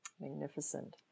Magnificent